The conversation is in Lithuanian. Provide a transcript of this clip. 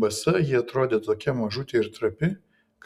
basa ji atrodė tokia mažutė ir trapi